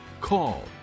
call